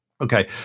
okay